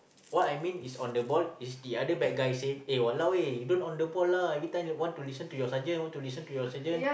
what I mean is on the ball is the other bad guy say eh !walao! eh you don't on the ball lah every time like want to listen to your sergeant want to listen to your sergeant